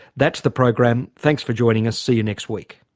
that's the program, thanks for joining us, see you next week